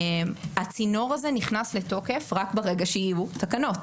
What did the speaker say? הצינור הזה נכנס לתוקף רק ברגע שיהיו תקנות.